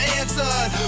answered